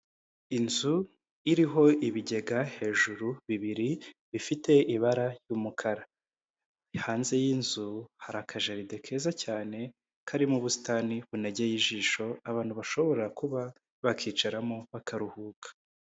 Inzu iriho ibigega hejuru bibiri bifite ibara ry'umukara, hanze y'inzu hari akajaride keza cyane karimo ubusitani bunogeye ijisho abantu bashobora kuba bakicaramo bakaruhuka.